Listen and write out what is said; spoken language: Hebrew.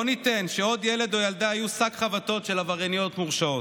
לא ניתן שעוד ילד או ילדה יהיו שק חבטות של עברייניות מורשעות.